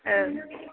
ओं